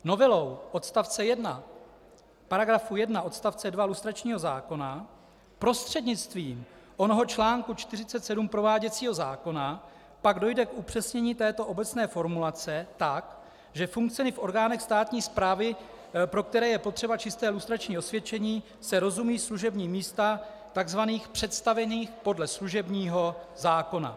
Novelou odstavce 1 paragrafu 1 odstavce 2 lustračního zákona prostřednictvím onoho článku 47 prováděcího zákona pak dojde k upřesnění této obecné formulace tak, že funkcemi v orgánech státní správy, pro které je potřeba čisté lustrační osvědčení, se rozumí služební místa takzvaných představených podle služebního zákona.